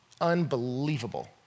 unbelievable